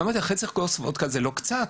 חצי כוס של וודקה זה לא קצת,